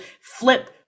flip